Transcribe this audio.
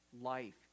life